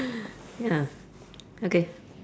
ya okay